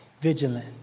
vigilant